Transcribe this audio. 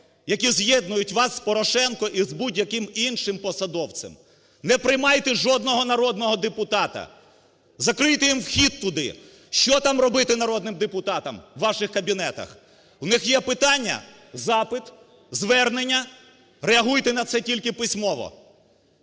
які з'єднують вас з Порошенком, і з будь-яким іншим посадовцем. Не приймайте жодного народного депутата, закрийте їм вхід туди, що там робити народним депутатам у ваших кабінетах? У них є питання? Запит, звернення, реагуйте на це тільки письмово,